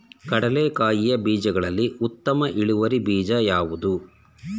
ಕಡ್ಲೆಕಾಯಿಯ ಬೀಜಗಳಲ್ಲಿ ಉತ್ತಮ ಇಳುವರಿ ಬೀಜ ಯಾವುದು?